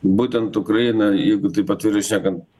būtent ukraina jeigu taip atvirai šnekant